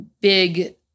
big